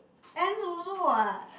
ants also what